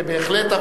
בהחלט,